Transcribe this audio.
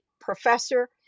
professor